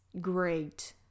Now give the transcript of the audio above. great